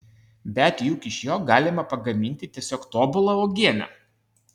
bet juk iš jo galima pagaminti tiesiog tobulą uogienę